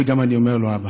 וגם אני אומר לו: אבא,